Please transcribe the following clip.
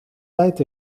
tijd